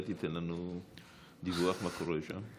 אולי תיתן לנו דיווח מה קורה שם.